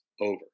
over